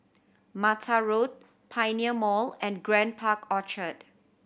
Mattar Road Pioneer Mall and Grand Park Orchard